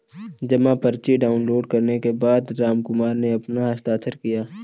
जमा पर्ची डाउनलोड करने के बाद रामकुमार ने अपना हस्ताक्षर किया